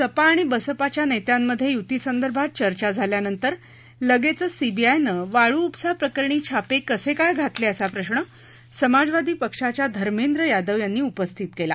सपा आणि बसपाच्या नेत्यांमध्ये युती संदर्भात चर्चा झाल्यानंतर लगेचच सीबीआयनं वाळूउपसा प्रकरणी छापे कसे काय घातले असा प्रश्न समाजवादी पक्षाच्या धर्मेंद्र यादव यांनी उपस्थित केला